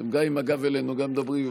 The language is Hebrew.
אתם גם עם הגב אלינו וגם מדברים.